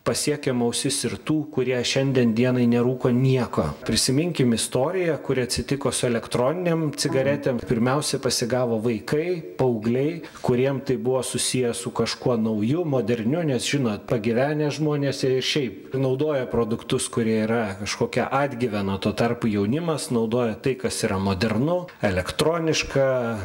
pasiekiam ausis ir tų kurie šiandien dienai nerūko nieko prisiminkim istoriją kuri atsitiko su elektroninėm cigaretėm pirmiausia pasigavo vaikai paaugliai kuriem tai buvo susiję su kažkuo nauju moderniu nes žinot pagyvenę žmonės jie ir šiaip naudoja produktus kurie yra kažkokia atgyvena tuo tarpu jaunimas naudoja tai kas yra modernu elektroniška